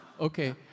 Okay